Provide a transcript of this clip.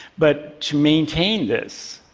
but to maintain this,